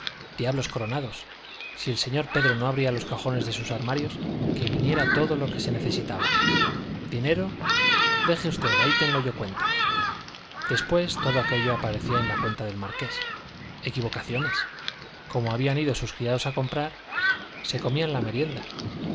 diablos coronados si el señor pedro no abría los cajones de sus armarios que viniera todo lo que se necesitaba dinero deje usted ahí tengo yo cuenta después todo aquello aparecía en la cuenta del marqués equivocaciones como habían ido sus criados a comprar se comían la merienda